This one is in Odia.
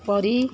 କରି